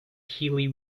heeley